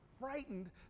frightened